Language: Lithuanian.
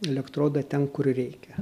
elektrodą ten kur reikia